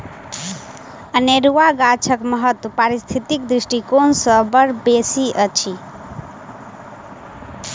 अनेरुआ गाछक महत्व पारिस्थितिक दृष्टिकोण सँ बड़ बेसी अछि